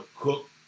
cook